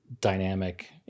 dynamic